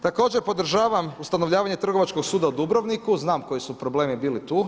Također podržavam ustanovljavanje Trgovačkog suda u Dubrovniku, znam koji su problemi bili tu.